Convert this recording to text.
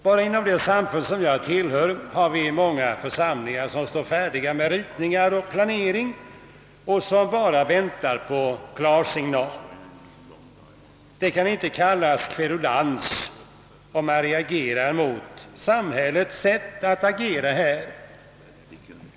Bara inom det samfund jag tillhör har vi många församlingar som står färdiga med ritningar och planering och bara väntar på klarsignal. Det kan inte kallas kverulans om man reagerar mot samhällets sätt att agera här.